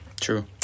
True